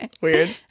Weird